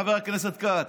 חבר הכנסת כץ: